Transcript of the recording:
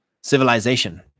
Civilization